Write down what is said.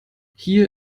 hier